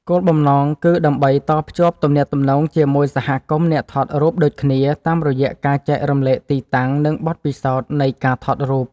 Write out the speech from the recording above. គោលបំណងគឺដើម្បីតភ្ជាប់ទំនាក់ទំនងជាមួយសហគមន៍អ្នកថតរូបដូចគ្នា តាមរយៈការចែករំលែកទីតាំង និងបទពិសោធន៍នៃការថតរូប។